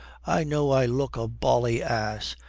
i know i look a bally ass.